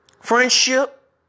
friendship